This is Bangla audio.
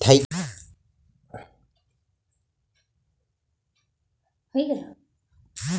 গাহাচ থ্যাইকে পাই ইক ধরলের খাবার যেটকে কাঠবাদাম ব্যলে